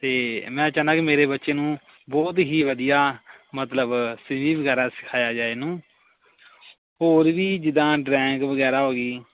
ਅਤੇ ਮੈਂ ਚਾਹੁੰਦਾ ਕਿ ਮੇਰੇ ਬੱਚੇ ਨੂੰ ਬਹੁਤ ਹੀ ਵਧੀਆ ਮਤਲਬ ਸੰਗੀਤ ਵਗੈਰਾ ਸਿਖਾਇਆ ਜਾਵੇ ਇਹਨੂੰ ਹੋਰ ਵੀ ਜਿੱਦਾਂ ਡਰੈਂਗ ਵਗੈਰਾ ਹੋ ਗਈ